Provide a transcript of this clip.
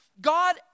God